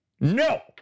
No